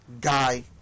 guy